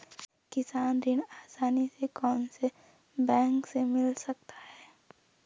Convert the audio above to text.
किसान ऋण आसानी से कौनसे बैंक से मिल सकता है?